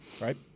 Right